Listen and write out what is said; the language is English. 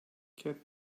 get